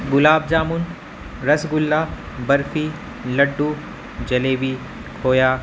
گلاب jamun rasgulla barfi laddu jalebi کھویا